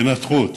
תנתחו אותו,